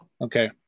Okay